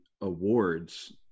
awards